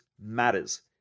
matters